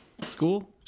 School